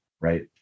right